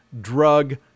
drug